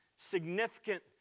significant